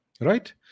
right